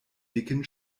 dicken